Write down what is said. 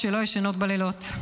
שלא ישנות בלילות.